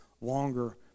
longer